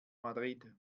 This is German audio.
madrid